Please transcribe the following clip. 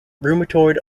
rheumatoid